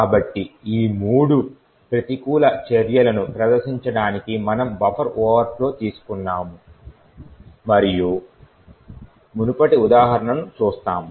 కాబట్టి ఈ మూడు ప్రతికూల చర్యలను ప్రదర్శించడానికి మనము బఫర్ ఓవర్ఫ్లో తీసుకున్న మునుపటి ఉదాహరణను చూస్తాము